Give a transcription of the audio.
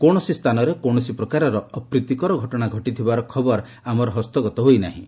କୌଣସି ସ୍ଥାନରେ କୌଣସି ପ୍ରକାରର ଅପ୍ରୀତିକର ଘଟଣା ଘଟିଥିବାର ଖବର ଆମର ହସ୍ତଗତ ହୋଇନାହିଁ